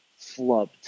flubbed